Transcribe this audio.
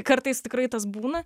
kartais tikrai tas būna